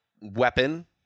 weapon